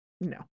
No